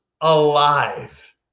alive